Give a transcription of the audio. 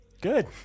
good